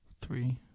Three